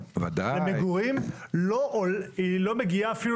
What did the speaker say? זה לא כסף של